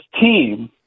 team